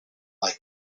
like